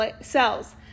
cells